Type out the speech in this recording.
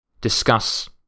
discuss